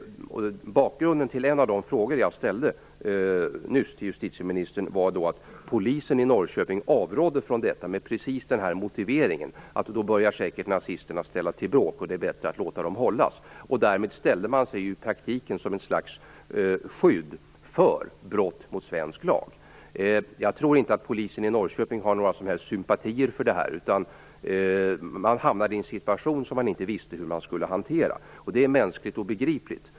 Bakgrunden till en av de frågor som jag nyss ställde till justitieministern är att polisen i Norrköping avrådde från detta med precis den motiveringen att nazisterna då säkert skulle börja ställa till med bråk, och att det var bättre att låta dem hållas. Därmed ställde man sig i praktiken som ett slags skydd för brott mot svensk lag. Jag tror inte att polisen i Norrköping har några som helst sympatier för de här händelserna. Man hamnade i en situation som man inte visste hur man skulle hantera, och det är mänskligt och begripligt.